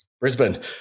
Brisbane